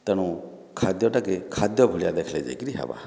ତେଣୁ ଖାଦ୍ୟ ଟାକେ ଖାଦ୍ୟ ଭଳିଆ ଦେଖ୍ଲେ ଯାଇକିରି ହେବା